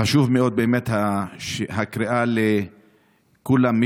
הקריאה לכולם חשובה מאוד.